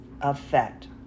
effect